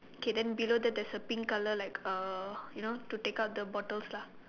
K then below that there's a pink colour like a you know to take out the bottles lah